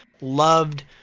loved